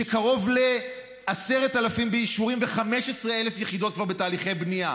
שקרוב ל-10,000 באישורים ו-15,000 יחידות כבר בתהליכי בנייה,